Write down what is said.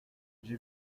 j’ai